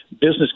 Business